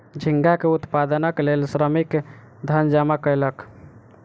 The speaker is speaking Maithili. झींगा के उत्पादनक लेल श्रमिक धन जमा कयलक